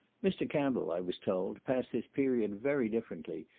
mr. campbell, i was told, passed this period very differently,